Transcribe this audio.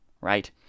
right